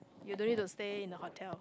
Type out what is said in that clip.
you don't need to stay in the hotel